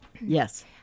yes